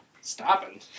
stopping